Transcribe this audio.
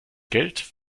geld